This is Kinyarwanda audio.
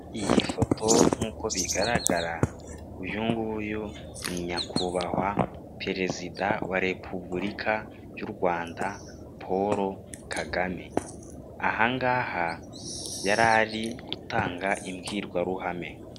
Iyi foto nk'uko bigaragara uyu nguyu ni nyakubahwa perezida wa repubulika y'u Rwanda Paul Kagame, aha ngaha yari ari gutanga imbwirwaruhame.